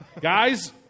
guys